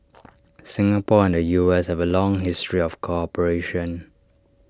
Singapore and U S have A long history of cooperation